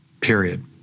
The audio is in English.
period